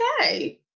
Okay